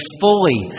fully